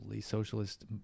socialist